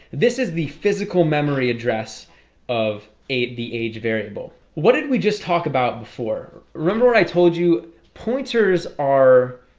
this is the physical memory address of eight the age variable what did we just talk about before remember what i told you pointers are?